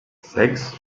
sechs